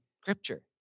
scripture